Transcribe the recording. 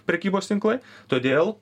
prekybos tinklai todėl